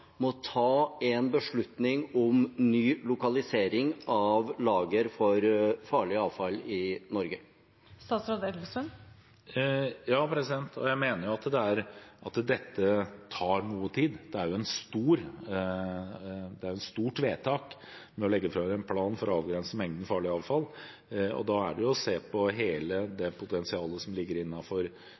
må ta en beslutning om ny lokalisering av lager for farlig avfall i Norge. Jeg mener at dette tar noe tid. Det er jo et stort vedtak, å legge fram en plan for å avgrense mengden farlig avfall. Da må man se på hele potensialet som ligger